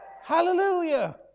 Hallelujah